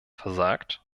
versagt